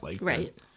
Right